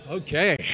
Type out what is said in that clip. Okay